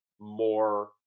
more